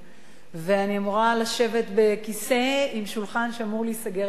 ואני אמורה לשבת בכיסא עם שולחן שאמור להיסגר לי על הבטן